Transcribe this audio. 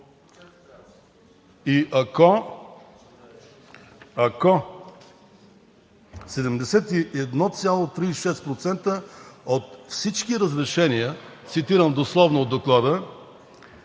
И ако 71,36% от всички разрешения, цитирам дословно от доклада,